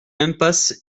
impasse